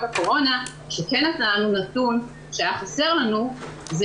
הקורונה שכן נתנו נתון שהיה חסר לנו,